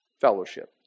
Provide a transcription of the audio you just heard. fellowship